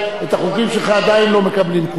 את החוקים שלך עדיין לא מקבלים,